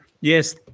Yes